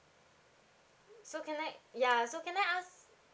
so can I yeah so can I ask